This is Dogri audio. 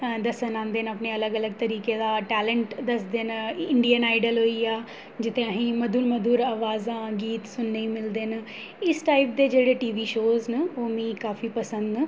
दस्सन औंदे न अपने अलग अलग तरीके दा टैलेंट दस्सदे न इंडियन आइडल होई गेआ जित्थै असें ई मधुर मधुर अवाजां गीत सुनने ई मिलदे न इस टाइप दे जेह्ड़े टी वी शोऽ न ओह् मी काफी पसंद न